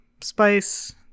spice